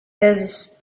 has